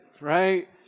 right